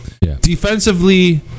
Defensively